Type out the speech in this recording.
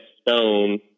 stone